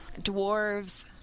Dwarves